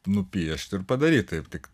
nupiešt ir padaryt taip tik